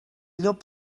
llop